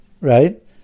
right